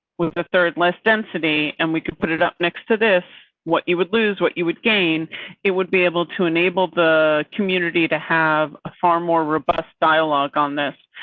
was the third less density, and we could put it up next to this what? you would lose what you would gain it would be able to enable the community to have a far more robust dialogue on this.